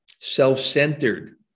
self-centered